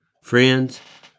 Friends